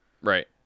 Right